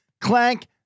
clank